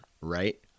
right